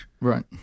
Right